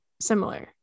similar